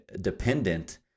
dependent